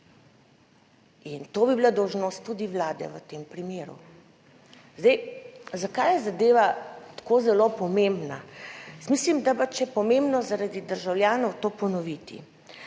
in to bi bila dolžnost tudi vlade v tem primeru. Zdaj, zakaj je zadeva tako zelo pomembna? Jaz mislim, da pač je pomembno zaradi državljanov to ponoviti.